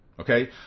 Okay